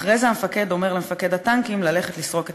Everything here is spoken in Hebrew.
אחרי זה המפקד אומר למפקד הטנקים ללכת לסרוק את